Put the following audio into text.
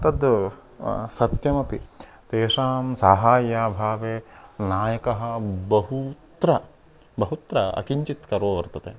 तद् सत्यमपि तेषां साहाय्याभावे नायकः बहुत्र बहुत्र अकिञ्चित् करोति वर्तते